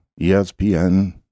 ESPN